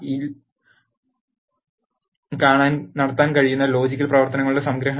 യിൽ നടത്താൻ കഴിയുന്ന ലോജിക്കൽ പ്രവർത്തനങ്ങളുടെ സംഗ്രഹമാണിത്